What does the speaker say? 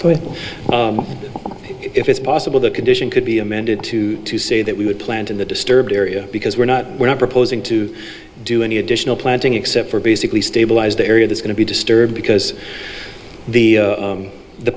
if it's possible the condition could be amended to to say that we would plant in the disturbed area because we're not we're not proposing to do any additional planting except for basically stabilize the area that's going to be disturbed because the